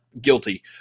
Guilty